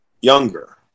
younger